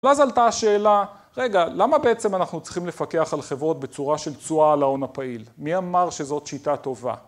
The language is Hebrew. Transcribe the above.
ואז עלתה השאלה, רגע, למה בעצם אנחנו צריכים לפקח על חברות בצורה של תשואה על ההון הפעיל? מי אמר שזאת שיטה טובה?